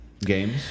games